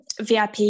VIP